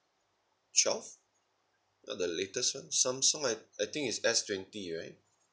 twelve not the latest one Samsung I I think is S twenty right